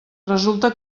resulta